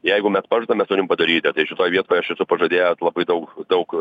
jeigu mes pažadam mes turim padaryt tai šitoj vietoj aš esu pažadėjęs labai daug daug